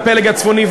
הפלג הצפוני.